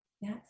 Yes